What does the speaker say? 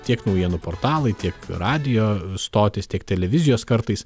tiek naujienų portalai tiek radijo stotys tiek televizijos kartais